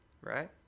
right